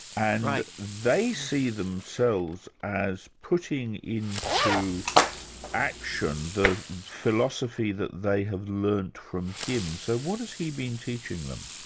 and they see themselves as putting into action, the philosophy that they have learnt from him. so what has he been teaching them?